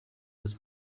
this